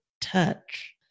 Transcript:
touch